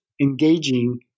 engaging